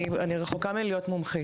אני רחוקה מלהיות מומחית,